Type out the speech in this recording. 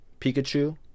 Pikachu